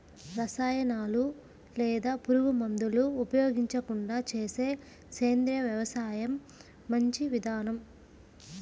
రసాయనాలు లేదా పురుగుమందులు ఉపయోగించకుండా చేసే సేంద్రియ వ్యవసాయం మంచి విధానం